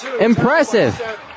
Impressive